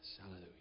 Hallelujah